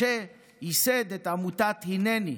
משה ייסד את עמותת "הינני",